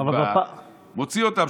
מוציא אותם,